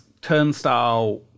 turnstile